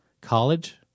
college